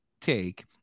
take